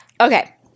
Okay